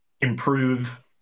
improve